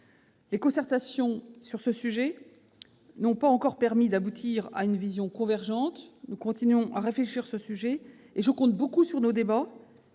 Les concertations sur ce sujet n'ont pas encore permis d'aboutir à une vision convergente. Nous continuons à y réfléchir, et je compte beaucoup sur nos débats,